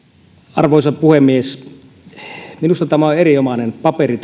arvoisa puhemies minusta tämä tarkastusvaliokunnan mietintö on erinomainen paperi